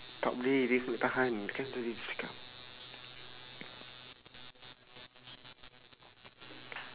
tak boleh r~ tahan kan apa dia cakap